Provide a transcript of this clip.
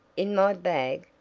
in my bag!